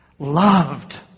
Loved